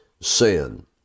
sin